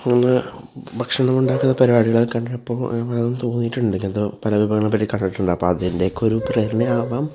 ഭക്ഷണമുണ്ടാക്കുന്ന പരിപാടികള് കണ്ടപ്പോള് തോന്നിയിട്ടുണ്ട് ഇങ്ങനത്തെ പല വിഭവങ്ങളെപ്പറ്റി കണ്ടിട്ടുണ്ട് അപ്പോള് അതിന്റെയൊക്കയൊരു പ്രേരണയാവാം